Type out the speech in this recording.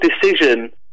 decision